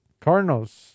Cardinals